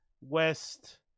West